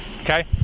okay